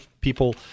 people